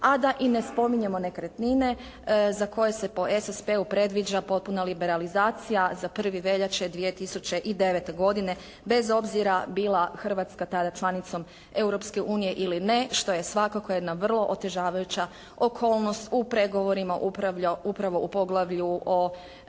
A da i ne spominjemo nekretnine za koje se po SSP-u predviđa potpuna liberalizacija za 1. veljače 2009. godine bez obzira bila Hrvatska tada članicom Europske unije ili ne što je svakako jedna vrlo otežavajuća okolnost u pregovorima upravo u poglavlju o